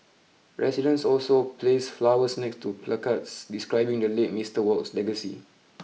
residents also placed flowers next to placards describing the late Mister Wok's legacy